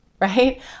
right